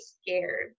scared